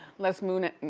let's moon it. and